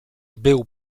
był